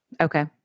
Okay